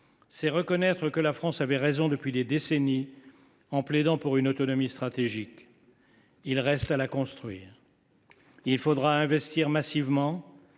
C’est reconnaître que la France avait raison depuis des décennies en plaidant pour une autonomie stratégique. Il reste à la construire. Il faudra investir massivement